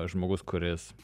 žmogus kuris